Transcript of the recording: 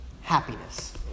happiness